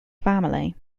family